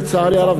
לצערי הרב,